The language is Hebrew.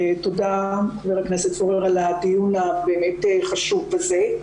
תודה ח"כ פורר על הדיון הבאמת חשוב הזה.